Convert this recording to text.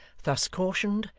thus cautioned,